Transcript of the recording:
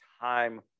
Time